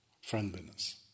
friendliness